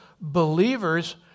believers